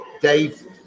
Dave